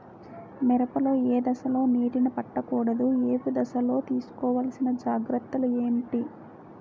మిరప లో ఏ దశలో నీటినీ పట్టకూడదు? ఏపు దశలో తీసుకోవాల్సిన జాగ్రత్తలు ఏంటి?